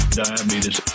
diabetes